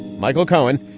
michael cohen,